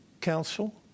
Council